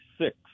six